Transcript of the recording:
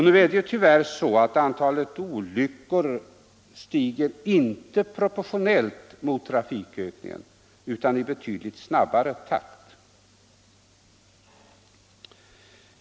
Nu är det tyvärr så att antalet olyckor inte stiger proportionellt mot trafikökningen utan i betydligt snabbare takt.